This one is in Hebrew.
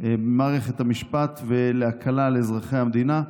במערכת המשפט ולהקלה על אזרחי המדינה.